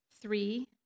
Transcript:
three